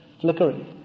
flickering